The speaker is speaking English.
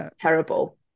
terrible